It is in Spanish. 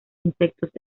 insectos